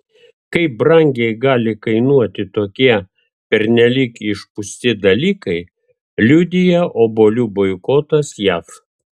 kaip brangiai gali kainuoti tokie pernelyg išpūsti dalykai liudija obuolių boikotas jav